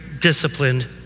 disciplined